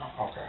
Okay